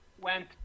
went